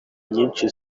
nyishi